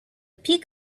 peak